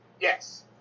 Yes